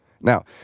Now